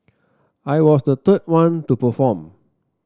I was the third one to perform